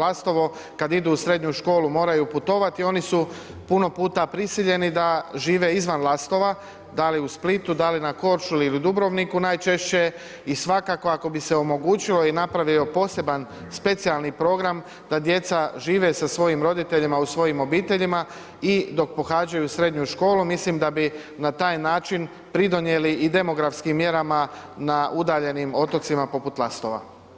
Lastovo kad idu u srednju školu, moraju putovati, oni su puno puta prisiljeni da žive izvan Lastova, da li u Splitu, da li na Korčuli ili Dubrovniku najčešće i svakako ako bi se omogućilo i napravio poseban specijalni program, da djeca žive sa svojim roditeljima i svojim obiteljima i dok pohađaju srednju školu, mislim da bi na taj način pridonijeli i demografskim mjerama na udaljenim otocima poput Lastova.